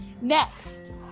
next